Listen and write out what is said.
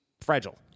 fragile